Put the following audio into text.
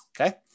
okay